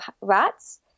rats